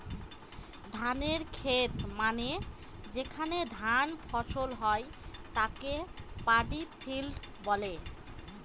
ধানের খেত মানে যেখানে ধান ফসল হয় তাকে পাডি ফিল্ড বলে